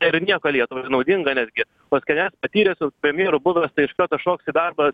ir nieko lietuvai ir naudinga netgi va skvernelis patyręs jau premjeru būnęs tai iš karto šoks į darbą